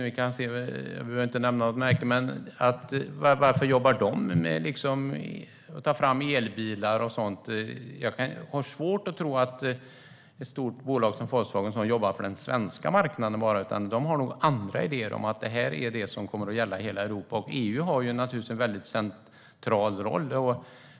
Vi behöver inte nämna något märke, men varför jobbar de med att ta fram elbilar och sådant? Jag har svårt att tro att ett stort bolag som Volkswagen bara jobbar för den svenska marknaden, utan de har nog andra idéer om att detta är det som kommer att gälla i hela Europa. EU har naturligtvis en väldigt central roll.